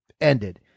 ended